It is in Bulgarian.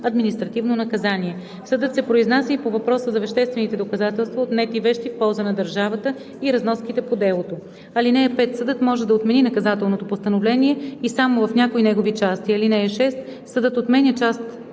административно наказание. Съдът се произнася и по въпроса за веществените доказателства, отнетите вещи в полза на държавата и разноските по делото. (5) Съдът може да отмени наказателното постановление и само в някои негови части. (6) Съдът отменя акта